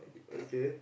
okay